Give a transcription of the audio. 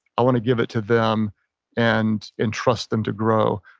i want to give it to them and entrust them to grow.